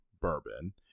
bourbon